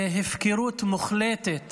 והפקרות מוחלטת